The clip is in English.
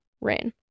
rain